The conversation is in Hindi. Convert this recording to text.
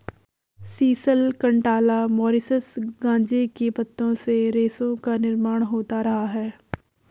सीसल, कंटाला, मॉरीशस गांजे के पत्तों से रेशों का निर्माण होता रहा है